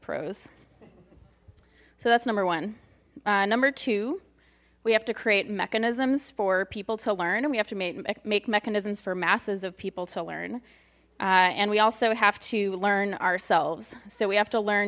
prose so that's number one number two we have to create mechanisms for people to learn and we have to make mechanisms for masses of people to learn and we also have to learn ourselves so we have to learn